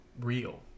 real